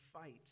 fight